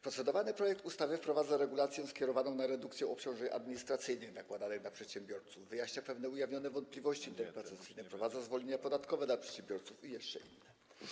Procedowany projekt ustawy wprowadza regulację skierowaną na redukcję obciążeń administracyjnych nakładanych na przedsiębiorców, wyjaśnia pewne ujawnione wątpliwości interpretacyjne, wprowadza zwolnienia podatkowe dla przedsiębiorców i inne.